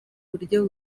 buryo